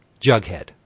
Jughead